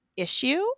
Issue